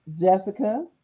Jessica